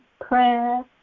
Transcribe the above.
prayer